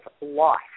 life